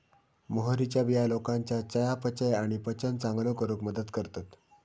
मोहरीच्या बिया लोकांच्या चयापचय आणि पचन चांगलो करूक मदत करतत